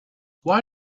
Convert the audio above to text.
why